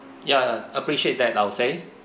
ya appreciate that I'll say